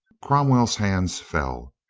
cromwell's hands fell.